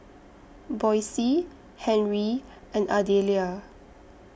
Boysie Henry and Ardelia